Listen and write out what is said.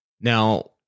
Now